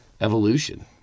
Evolution